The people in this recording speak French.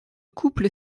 couple